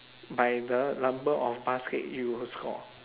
by the number of basket you score